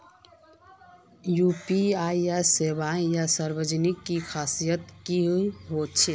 UPI सेवाएँ या services की खासियत की होचे?